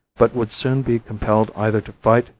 but would soon be compelled either to fight,